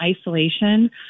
isolation